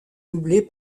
doublé